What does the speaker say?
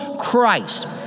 Christ